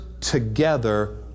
together